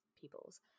peoples